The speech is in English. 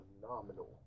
phenomenal